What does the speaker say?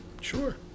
Sure